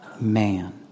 man